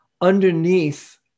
underneath